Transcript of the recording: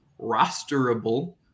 rosterable